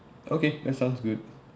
okay that sounds good